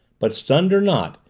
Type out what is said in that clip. but, stunned or not,